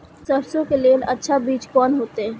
सरसों के लेल अच्छा बीज कोन होते?